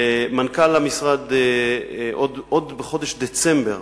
מנכ"ל משרדי פנה עוד בחודש דצמבר